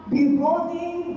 Beholding